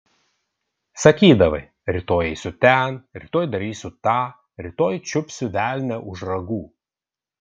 sakydavai rytoj eisiu ten rytoj darysiu tą rytoj čiupsiu velnią už ragų